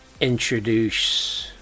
introduce